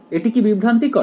এটা কি বিভ্রান্তিকর